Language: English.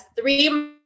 Three